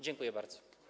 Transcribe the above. Dziękuję bardzo.